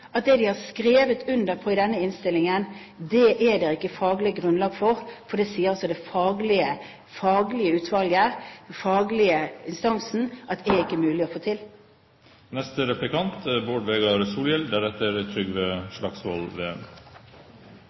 at det de har skrevet under på i denne innstillingen, er det ikke faglig grunnlag for? Det sier altså det faglige utvalget, den faglige instansen, at det ikke er mulig å få til. Som det no etterkvart er